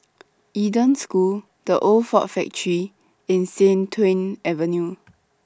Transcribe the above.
Eden School The Old Ford Factory and Sian Tuan Avenue